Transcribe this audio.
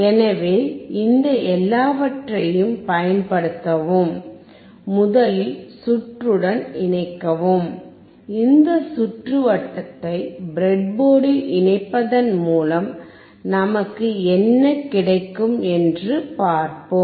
எனவே இந்த எல்லாவற்றையும் பயன்படுத்தவும் முதலில் சுற்றுடன் இணைக்கவும் இந்த சுற்றுவட்டத்தை பிரெட்போர்டில் இணைப்பதன் மூலம் நமக்கு என்ன கிடைக்கும் என்று பார்ப்போம்